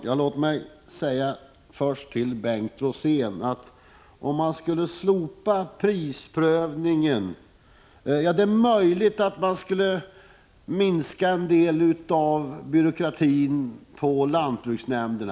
Herr talman! Det är möjligt, Bengt Rosén, att en del av byråkratin på lantbruksnämnderna skulle minska om prisprövningen slopades.